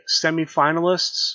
semifinalists